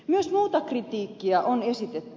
myös muuta kritiikkiä on esitetty